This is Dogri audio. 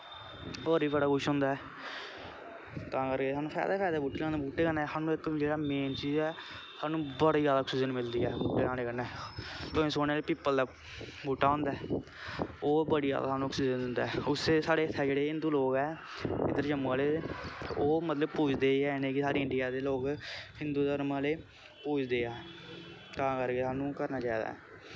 होर बी बड़ा कुछ होंदा ऐ तां करके सानू फैदा गै फैदा ऐ बूह्टे बूह्टे कन्नै सानू इक जेह्ड़ा मेन चीज़ ऐ सानू बड़ी ज्यादा आक्सीजन मिलदी ऐ बूहूटे लाने कन्नै तुसें सुनेआं कि पिपल दा बूह्टा होंदा ऐ ओह् बड़ी ज्यादा सानू आक्सीज़न दिंदा ऐ उस्सै जेह्ड़े साढ़े इत्थै हिन्दू लोग ऐ इद्धर जम्मू आह्ले ओह् मतलब पूजदे ऐ न के साढ़े इंडिया दे लोग हिन्दू धर्म आह्ले पूजदे ऐ तां करके सानू करना चाहिदा ऐ